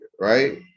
right